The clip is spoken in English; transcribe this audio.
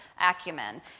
acumen